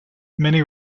many